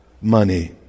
money